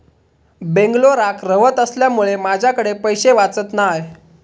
बेंगलोराक रव्हत असल्यामुळें माझ्याकडे पैशे वाचत नाय